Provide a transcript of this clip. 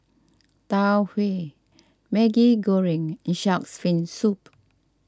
Tau Huay Maggi Goreng and Shark's Fin Soup